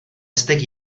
vztek